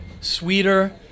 sweeter